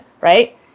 right